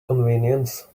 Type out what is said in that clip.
convenience